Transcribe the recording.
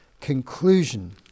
conclusion